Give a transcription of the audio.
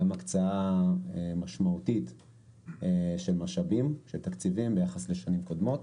גם הקצאה משמעותית של משאבים ותקציבים ביחס לשנים קודמות.